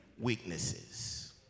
weaknesses